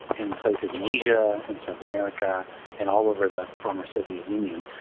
in places in asia and south america and all over the former soviet union,